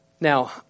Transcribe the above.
Now